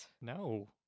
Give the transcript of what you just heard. no